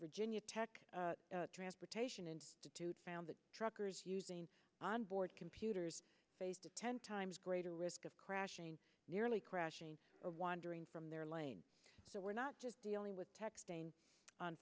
virginia tech transportation institute found that truckers using onboard computers face a ten times greater risk of crashing nearly crashing or wandering from their lane so we're not just dealing with te